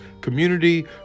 community